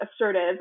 assertive